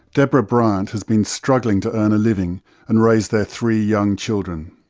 deborah bryant has been struggling to earn a living and raise their three young children.